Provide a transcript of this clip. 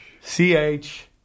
C-H